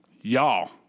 y'all